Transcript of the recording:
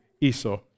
Esau